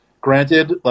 Granted